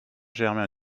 germain